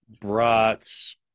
brats